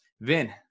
Vin